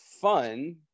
fun